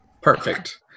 Perfect